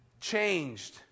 changed